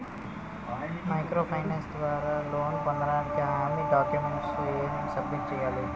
Micro finance ద్వారా loan పొందటానికి హామీ డాక్యుమెంట్స్ ఎం సబ్మిట్ చేయాలి?